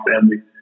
family